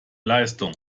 leistung